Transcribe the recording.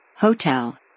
Hotel